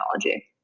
technology